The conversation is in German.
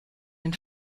den